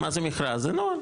מה זה מכרז, זה נוהל.